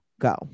go